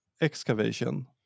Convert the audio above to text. excavation